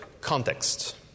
context